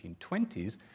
1920s